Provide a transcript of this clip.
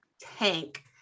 tank